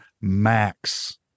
max